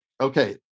Okay